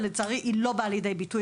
ולצערי היא עדיין לא באה לידי ביטוי.